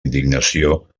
indignació